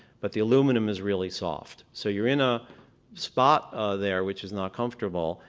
but the aluminum is really soft, so you're in a spot there which is not comfortable.